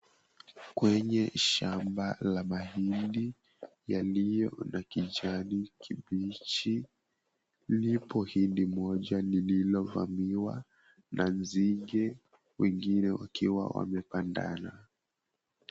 Kwenye shamba la mahindi yaliyo na kijani kibichi lipo hindi moja lililovamiwa na nzige wengine wakiwa wamepandana.